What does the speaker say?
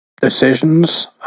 decisions